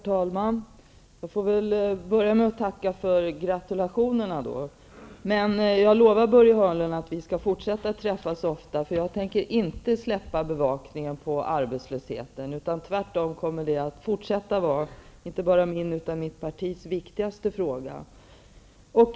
Herr talman! Jag vill börja med att tacka för gratulationerna, men jag lovar Börje Hörnlund att vi skall fortsätta att träffas ofta, för jag tänker inte släppa bevakningen av arbetslösheten. Tvärtom kommer detta att vara inte bara mitt, utan även mitt partis viktigaste fråga.